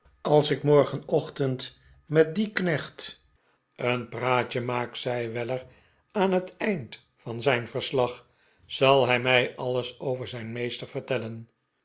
als ik morgenochtend met dien knecht een praatje maak zei weller aan het eind van zijn verslag zal hij mij alles over zijn meester